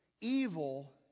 Evil